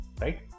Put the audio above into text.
right